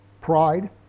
pride